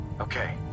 Okay